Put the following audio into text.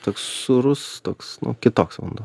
toks sūrus toks nu kitoks vanduo